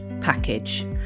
package